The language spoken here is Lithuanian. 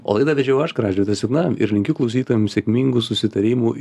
o laidą vedžiau aš gražvydas jukna ir linkiu klausytojam sėkmingų susitarimų